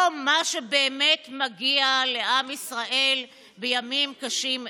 לא מה שבאמת מגיע לעם ישראל בימים קשים אלו.